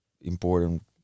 important